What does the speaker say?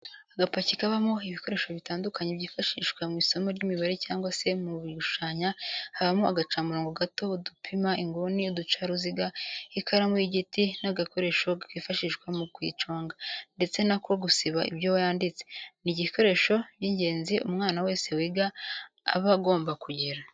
Agapaki kabamo ibikoresho bitandukanye byifashishwa mw'isomo ry'imibare cyangwa se mu gushushanya habamo agacamurobo gato, udupima inguni, uducaruziga ,ikaramu y'igiti n'agakoresho kifashishwa mu kuyiconga ndetse n'ako gusiba ibyo yanditse, ni ibikoresho by'ingenzi umwana wese wiga aba agomba kugira.